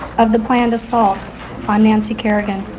of the planned assault on nancy kerrigan